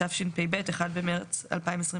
תשפ"ב (1 במרץ 2022)"